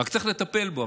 רק צריך לטפל בו.